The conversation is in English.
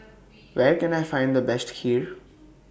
Where Can I Find The Best Kheer